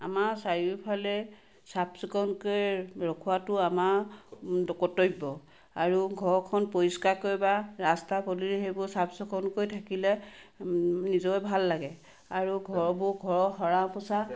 আমাৰ চাৰিওফালে চাফ চিকুণকৈ ৰখোৱাতো আমাৰ কৰ্তব্য আৰু ঘৰখন পৰিষ্কাৰ কৰি বা ৰাস্তা পদূলি সেইবোৰ চাফ চিকুণকৈ থাকিলে নিজৰে ভাল লাগে আৰু ঘৰবোৰ ঘৰৰ হৰা পোছা